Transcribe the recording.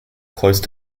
close